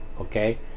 Okay